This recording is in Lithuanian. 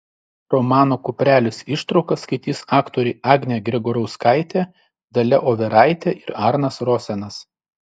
romano kuprelis ištrauką skaitys aktoriai agnė gregorauskaitė dalia overaitė ir arnas rosenas